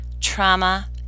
trauma